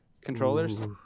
controllers